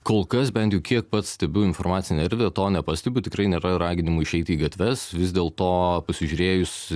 kol kas bent jau kiek pats stebiu informacinę erdvę to ne pastebiu tikrai nėra raginimų išeiti į gatves vis dėl to pasižiūrėjus